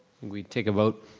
we take a vote.